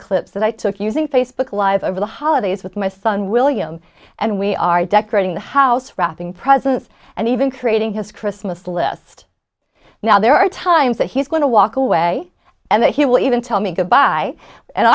clips that i took using facebook live over the holidays with my son william and we are decorating the house wrapping presents and even creating his christmas list now there are times that he's going to walk away and that he will even tell me goodbye and